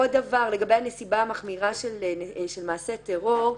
עוד דבר לגבי הנסיבה המחמירה של מעשה טרור,